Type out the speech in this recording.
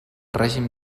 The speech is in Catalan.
règim